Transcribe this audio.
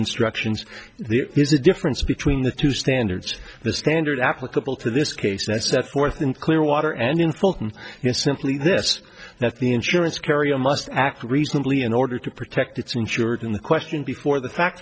instructions the there's a difference between the two standards the standard applicable to this case and set forth in clearwater and in fulton simply this that the insurance carrier must act reasonably in order to protect its insured in the question before the fact